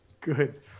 good